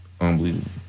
Unbelievable